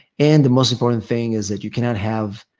and the most important thing is that you cannot have